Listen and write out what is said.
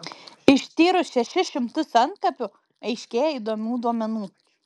ištyrus šešis šimtus antkapių aiškėja įdomių duomenų